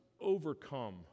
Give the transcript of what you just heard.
overcome